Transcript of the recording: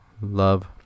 love